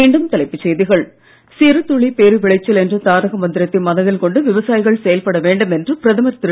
மீண்டும் தலைப்புச்செய்திகள் சிறு துளி பெரு விளைச்சல் என்ற தாரக மந்திரத்தை மனதில் கொண்டு விவசாயிகள் செயல்பட வேண்டும் என்று பிரதமர் திரு